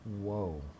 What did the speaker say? Whoa